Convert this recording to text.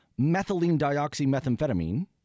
methylene-dioxymethamphetamine